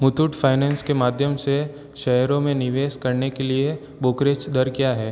मुथूट के फ़ाइनैन्स के माध्यम से शेयरों में निवेश करने के लिए ब्रोकरेज दर क्या है